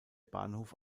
bahnhof